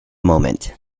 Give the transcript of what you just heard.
moment